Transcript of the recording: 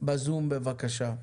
בזום בבקשה.